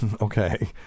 Okay